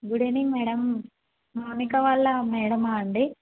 good evening madam Mounika వాళ్ళ మ్యాడమా అండి